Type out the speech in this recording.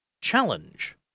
Challenge